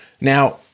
Now